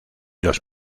los